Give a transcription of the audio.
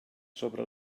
sobre